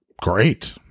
Great